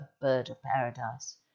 bird-of-paradise